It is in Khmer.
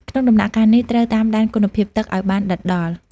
ក្នុងដំណាក់កាលនេះ ត្រូវតាមដានគុណភាពទឹកឲ្យបានដិតដល់។